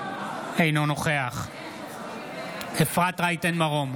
אינו נוכח אפרת רייטן מרום,